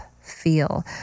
feel